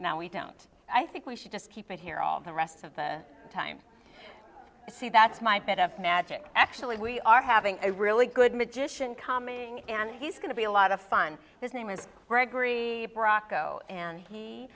now we don't i think we should just keep it here all the rest of the time see that's my bit of magic actually we are having a really good magician coming and he's going to be a lot of fun his name is gregory rocco and he